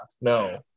no